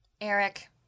Eric